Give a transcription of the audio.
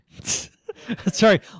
Sorry